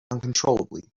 uncontrollably